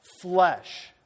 flesh